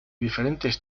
diferentes